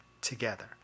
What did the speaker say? together